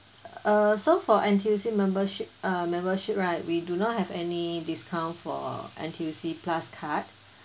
uh so for N_T_U_C membership uh membership right we do not have any discount for N_T_U_C plus card